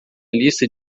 lista